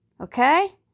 Okay